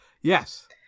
yes